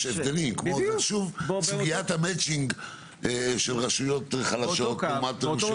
הבדלים כמו במצ'ינג רשויות חלשות לעומת -- באותו קו